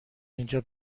اینجا